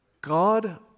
God